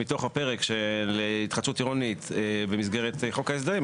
מתוך הפרק של התחדשות עירונית במסגרת חוק ההסדרים,